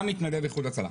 וגם מתנדב באיחוד הצלה,